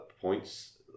points